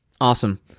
Awesome